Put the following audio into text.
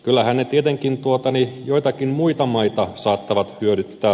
kyllähän ne tietenkin joitakin muita maita saattavat hyödyttää